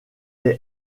est